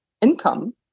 income